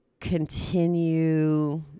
continue